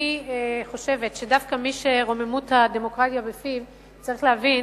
אני חושבת שדווקא מי שרוממות הדמוקרטיה בפיו צריך להבין